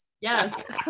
Yes